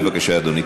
בבקשה, אדוני.